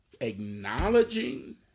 acknowledging